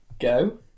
go